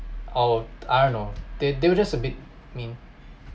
or I don't know they they were just a bit mean